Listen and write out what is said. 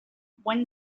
when